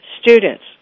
Students